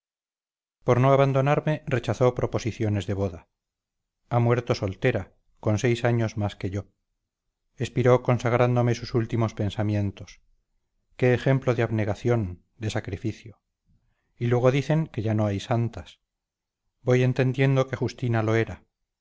por no abandonarme rechazó proposiciones de boda ha muerto soltera con seis años más que yo expiró consagrándome sus últimos pensamientos qué ejemplo de abnegación de sacrificio y luego dicen que ya no hay santas voy entendiendo que justina lo era